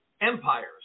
empires